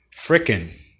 Frickin